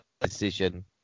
decision